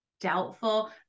Doubtful